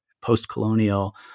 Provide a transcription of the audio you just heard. post-colonial